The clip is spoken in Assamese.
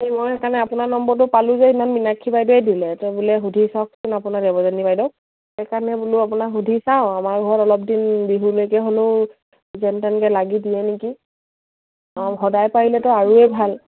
এই মই সেইকাৰণে আপোনাৰ নম্বৰটো পালোঁ যে সেইদিনাখন মিনাক্ষী বাইদেউ দিলে তই বোলে সুধি চাওকচোন আপোনাৰ দেৱযানী বাইদেউক সেইকাৰণে বোলো আপোনাক সুধি চাওঁ আমাৰ ঘৰত অলপ দিন বিহুলৈকে হ'লেও যেন তেনেকে লাগি দিয়ে নেকি অঁ সদায় পাৰিলেতো আৰুৱে ভাল